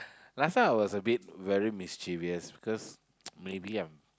last time I was a bit very mischievous because maybe I'm